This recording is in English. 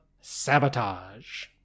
sabotage